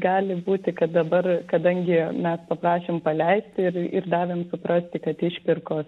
gali būti kad dabar kadangi mes paprašėm paleisti ir ir davėm suprasti kad išpirkos